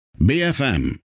BFM